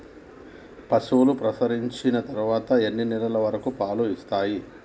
పశువులు ప్రసవించిన తర్వాత ఎన్ని నెలల వరకు పాలు ఇస్తాయి?